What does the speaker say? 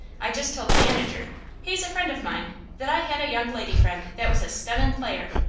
i just told the manager he's a friend of mine that i had a young lady friend that was a stunnin' player,